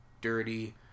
dirty